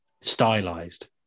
stylized